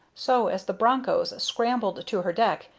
so, as the bronchos scrambled to her deck,